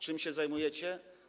Czym się zajmujecie?